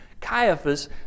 Caiaphas